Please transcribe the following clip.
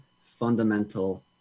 fundamental